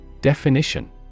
Definition